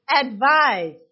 advise